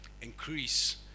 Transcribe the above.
increase